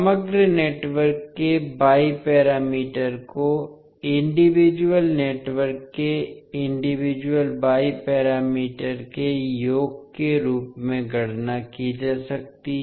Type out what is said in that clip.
समग्र नेटवर्क के y parameter को इंडिविजुअल नेटवर्क के इंडिविजुअल y पैरामीटर के योग के रूप में गणना की जा सकती है